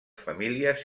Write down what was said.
famílies